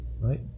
right